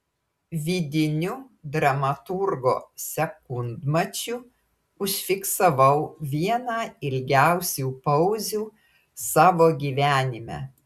vidiniu dramaturgo sekundmačiu užfiksavau vieną ilgiausių pauzių savo gyvenime